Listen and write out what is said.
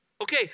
Okay